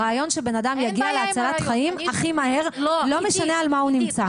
הרעיון שבן אדם יגיע להצלת חיים הכי מהר לא משנה על מה הוא נמצא.